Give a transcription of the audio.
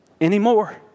anymore